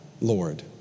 Lord